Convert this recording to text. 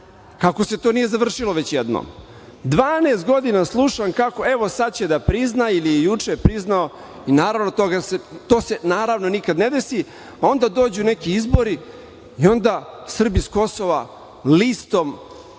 Kako se to nije završilo već jednom? Dvanaest godina slušam - kako evo sada će da prizna ili je juče priznao, naravno to se nikada ne desi, a onda dođu neki izbori i onda Srbi sa Kosova listom glasaju